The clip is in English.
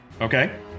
okay